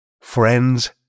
Friends